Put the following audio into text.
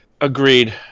Agreed